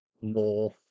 more